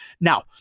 Now